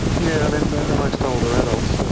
yeah um and ah amongst older adults, ah